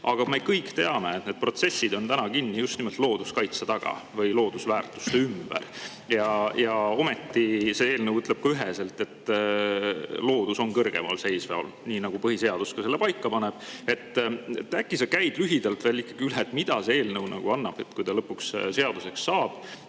Aga me kõik teame, et need protsessid on täna kinni just nimelt looduskaitse taga, seotud loodusväärtustega. Ja see eelnõu ütleb ka üheselt, et loodus on kõrgemal seisev, nii nagu põhiseadus ka selle paika paneb. Äkki sa käid ikkagi veel lühidalt üle, mida see eelnõu annab, kui ta lõpuks seaduseks saab?